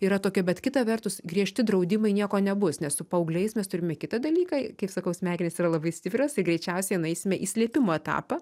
yra tokia bet kita vertus griežti draudimai nieko nebus nes su paaugliais mes turime kitą dalyką kaip sakau smegenys yra labai stiprios ir greičiausiai nueisime į slėpimo etapą